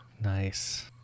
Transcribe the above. nice